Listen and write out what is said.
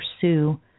pursue